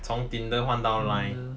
从 Tinder 换到 Line